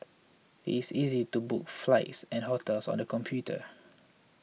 it is easy to book flights and hotels on the computer